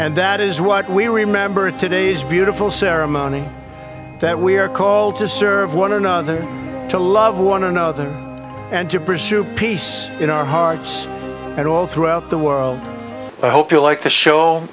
and that is what we remember today is beautiful ceremony that we are called to serve one another to love one another and to pursue peace in our hearts and all throughout the world i hope you like the show